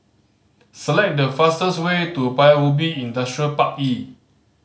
select the fastest way to Paya Ubi Industrial Park E